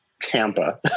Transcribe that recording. Tampa